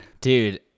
Dude